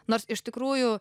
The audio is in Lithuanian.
nors iš tikrųjų